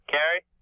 Carrie